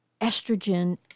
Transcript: Estrogen